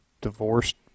divorced